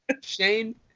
Shane